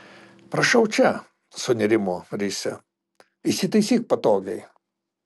prašau čia sunerimo risia įsitaisyk patogiai